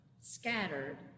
scattered